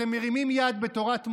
אתם מרימים יד על תורת משה,